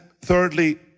thirdly